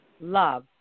love